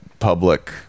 public